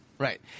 Right